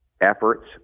efforts